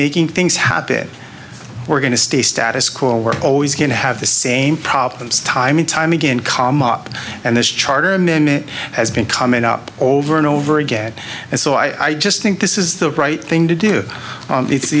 making things happen we're going to stay status quo we're always going to have the same problems time and time again com up and this charter amendment has been coming up over and over again and so i just think this is the right thing to do it's